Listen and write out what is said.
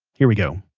here we go.